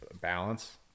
balance